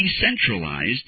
decentralized